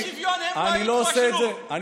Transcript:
אני לא עושה את זה, על פחות משוויון הם לא יתפשרו.